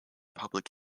public